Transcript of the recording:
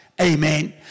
Amen